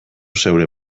zeure